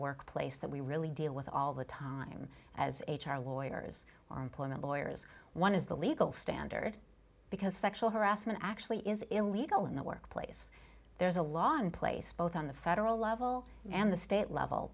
workplace that we really deal with all the time as his lawyers or employment lawyers one is the legal standard because sexual harassment actually is illegal in the workplace there is a law in place both on the federal level and the state level